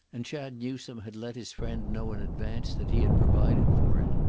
and chad newsome had let his friend know in advance that he had provided for it.